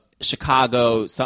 Chicago